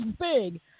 big